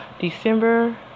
December